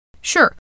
Sure